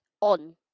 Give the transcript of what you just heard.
on